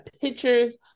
pictures